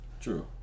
true